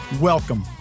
Welcome